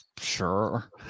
Sure